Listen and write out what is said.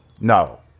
No